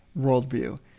worldview